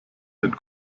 den